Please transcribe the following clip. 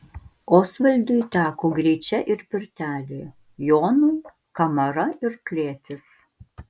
osvaldui teko gryčia ir pirtelė jonui kamara ir klėtis